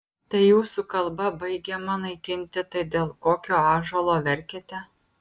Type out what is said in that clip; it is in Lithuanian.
tai jūsų kalba baigiama naikinti tai dėl kokio ąžuolo verkiate